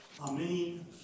AMEN